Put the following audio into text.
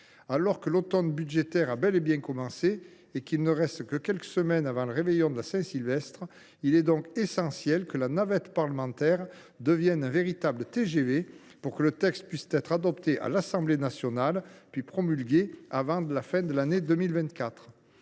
Alors que l’automne budgétaire a bel et bien commencé et qu’il ne reste que quelques semaines avant le réveillon de la Saint Sylvestre, il est essentiel que la navette parlementaire devienne un véritable TGV pour permettre l’adoption du texte à l’Assemblée nationale et sa promulgation avant la fin de l’année 2024.